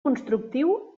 constructiu